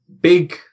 big